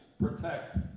protect